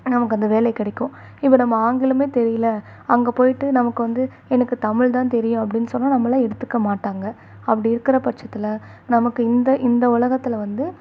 நமக்கு அந்த வேலை கிடைக்கும் இப்போ நம்ம ஆங்கிலமே தெரியலை அங்கே போய்ட்டு நமக்கு வந்து எனக்கு தமிழ்தான் தெரியும் அப்படின்னு சொன்னால் நம்மளை எடுத்துக்க மாட்டாங்கள் அப்படி இருக்கிற பட்சத்தில் நமக்கு இந்த இந்த உலகத்துல வந்து